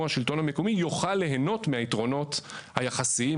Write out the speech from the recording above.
השלטון המקומי יוכל ליהנות מהיתרונות היחסיים,